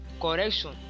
correction